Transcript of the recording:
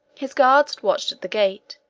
his guards watched at the gate,